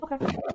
Okay